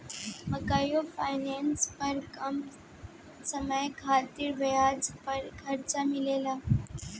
micro finance पर कम समय खातिर ब्याज पर कर्जा मिलेला